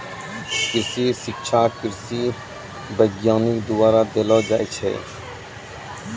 कृषि शिक्षा कृषि वैज्ञानिक द्वारा देलो जाय छै